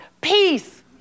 peace